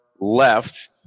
left